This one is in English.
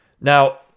Now